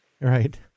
right